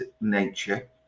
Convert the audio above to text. nature